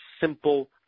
simple